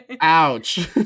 Ouch